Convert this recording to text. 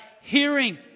hearing